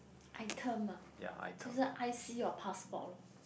item ah I_C or passport loh